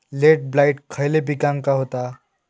Late blight खयले पिकांका होता?